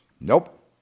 Nope